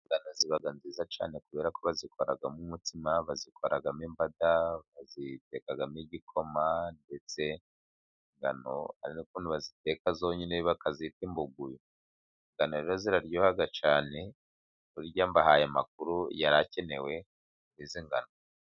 Ingano ziba nziza cyane, kubera ko bazikoramo umutsima ,bazikoramo imbada ,bazitekamo igikoma, ndetse ingano hari n'ukuntu baziteka zonyine bakazita imbuguyu, Ingano rero ziraryoha cyane burya mbahaye amakuru yari akenewe kuri izi ngano.